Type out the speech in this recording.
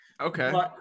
Okay